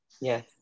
Yes